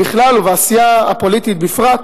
בכלל ובעשייה הפוליטית בפרט,